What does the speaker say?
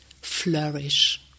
flourish